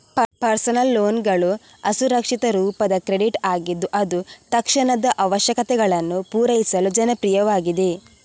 personal ಲೋನ್ಗಳು ಅಸುರಕ್ಷಿತ ರೂಪದ ಕ್ರೆಡಿಟ್ ಆಗಿದ್ದು ಅದು ತಕ್ಷಣದ ಅವಶ್ಯಕತೆಗಳನ್ನು ಪೂರೈಸಲು ಜನಪ್ರಿಯವಾಗಿದೆ